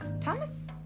Thomas